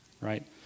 right